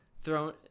thrown